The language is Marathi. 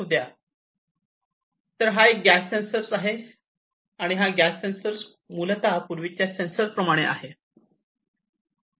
तर हा आहे गॅस सेंसर हा गॅस सेंसर आहेआणि हा गॅस सेन्सर मूलतः पूर्वीच्या सेन्सर प्रमाणे आहे